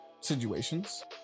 situations